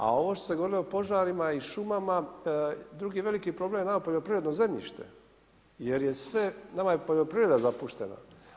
A ovo što ste govorili o požarima i šumama, drugi veliki problem nama je poljoprivredno zemljište jer je sve, nama je poljoprivreda zapuštena.